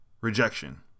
Rejection